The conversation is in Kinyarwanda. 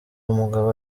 umugabo